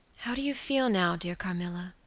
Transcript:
how do you feel now, dear carmilla?